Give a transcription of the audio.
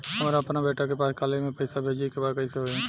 हमरा अपना बेटा के पास कॉलेज में पइसा बेजे के बा त कइसे होई?